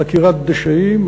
על עקירת דשאים,